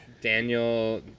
Daniel